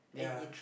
ya